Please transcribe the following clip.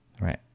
Right